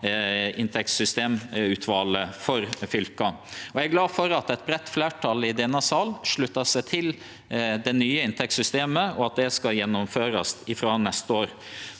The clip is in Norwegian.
for fylka. Eg er glad for at eit breitt fleirtal i denne salen slutta seg til det nye inntektssystemet, og at det skal gjennomførast frå neste år.